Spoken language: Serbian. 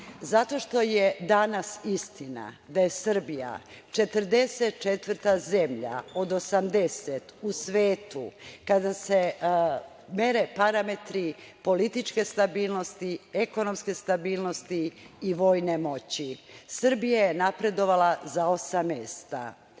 Zato što je danas istina da je Srbija 44. zemlja od 80 u svetu kada se mere parametri političke stabilnosti, ekonomske stabilnosti i vojne moći. Srbija je napredovala za osam